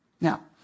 Now